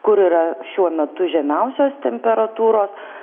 kur yra šiuo metu žemiausios temperatūros